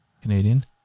Canadian